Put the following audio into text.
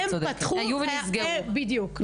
בדיוק.